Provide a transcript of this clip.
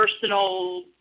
personal